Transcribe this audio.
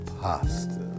pasta